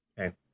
Okay